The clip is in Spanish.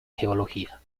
geología